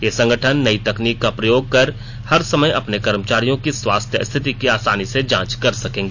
ये संगठन नई तकनीक का प्रयोग कर हर समय अपने कर्मचारियों की स्वास्थ्य स्थिति की आसानी से जाँच कर सकते हैं